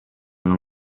non